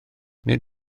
nid